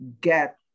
get